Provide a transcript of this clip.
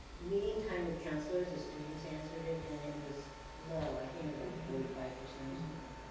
meeting time with counselors, the students answered it and it was low. i think it was like forty five percent or something,